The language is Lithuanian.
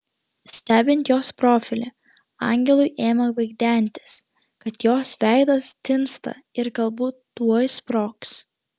stebint jos profilį angelui ėmė vaidentis kad jos veidas tinsta ir galbūt tuoj sprogs